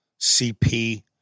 CP